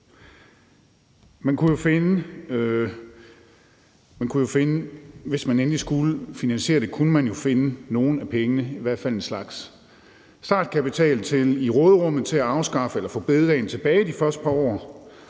Hvis man endelig skulle finansiere det, kunne man jo finde nogle af pengene, i hvert fald en slags startkapital, i råderummet til at få store bededag tilbage de første par år,